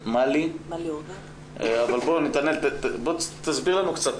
נתנאל, תסביר לנו קצת